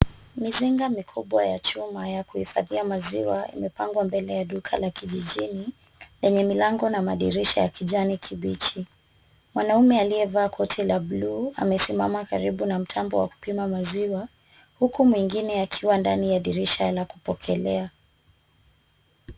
Mizinga mikubwa ya chuma ya kuhifadhia maziwa imepangwa mbele ya duka la kijijini, lenye milango na mandirisha ya kijani kibichi, mwanaume aliyevaa koti la bluu amesimama karibu na mtambo wa kupima maziwa, huku mwingine akiwa ndani ya ndirisha la kupokelea.